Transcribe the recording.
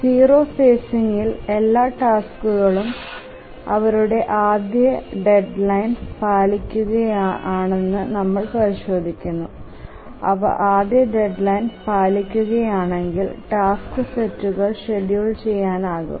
0 ഫേസിങ്ങിൽ എല്ലാ ടാസ്കുകളും അവയുടെ ആദ്യ ഡെഡ്ലൈൻ പാലിക്കുമോയെന്ന് നമ്മൾ പരിശോധിക്കുന്നു അവ ആദ്യ ഡെഡ്ലൈൻ പാലിക്കുകയാണെങ്കിൽ ടാസ്ക് സെറ്റുകൾ ഷെഡ്യൂൾ ചെയ്യാനാകും